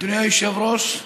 אדוני היושב-ראש,